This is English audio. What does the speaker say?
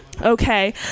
Okay